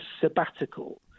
sabbatical